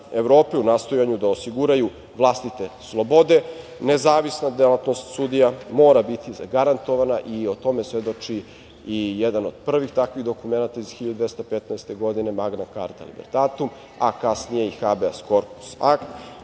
u nastojanju da osiguraju vlastite slobode, nezavisna delatnost sudija mora biti zagarantovana i o tome svedoči jedan od prvih takvih dokumenata iz 1215. godine „Magna carta libertatum“, a kasnije i „Habeas corpus